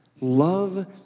Love